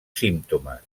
símptomes